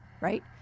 right